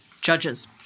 judges